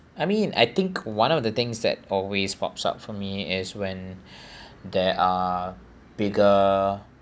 I mean I think one of the things that always pops up for me is when there are bigger